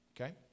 Okay